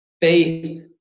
faith